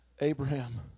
Abraham